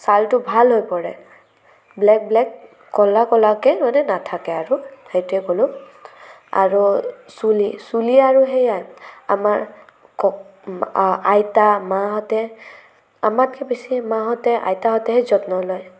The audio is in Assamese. ছালটো ভাল হৈ পৰে ব্লেক ব্লেক ক'লা ক'লাকে মানে নাথাকে আৰু সেইটোৱেই ক'লো আৰু চুলি চুলি আৰু সেয়াই আমাৰ আইতা মাহঁতে আমাতকে বেছি মাহঁতে আইতাহঁতেহে যত্ন লয়